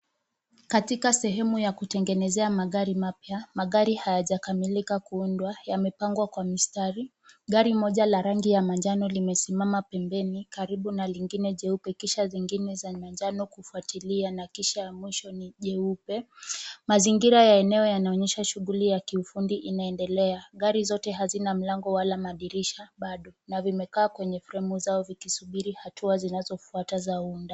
Katika sehemu ya kutengenezea magari mapya, magari hayajakamilika kuundwa; yamepangwa kwa mstari. Gari moja la rangi ya manjano limesimama pembeni karibu na lengine jeupe, kisha zingine za manjano kufwatilia, na kisha ya mwisho ni jeupe. Mazingira ya eneo yanaonyesha shughuli ya kiufundi inaendelea; gari zote hazina mlango wala madirisha na zimekaa kwenye fremu zao zikisubiri hatua zinazofata za uundaji.